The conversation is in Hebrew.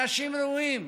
אנשים ראויים,